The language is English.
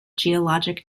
geologic